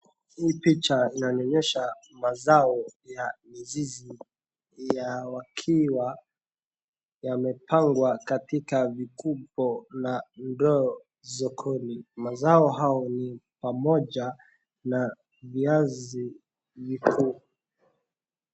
Hii picha inanionesha mazao ya mizizi yakiwa yamepangwa katika vikupo na ndoo sokoni. Mazao hao ni pamoja na viazi viku.